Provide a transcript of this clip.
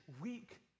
weak